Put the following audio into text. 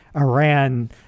Iran